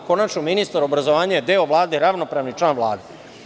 Konačno, ministar obrazovanja je deo Vlade, ravnopravni član Vlade.